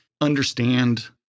understand